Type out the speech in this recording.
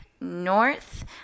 north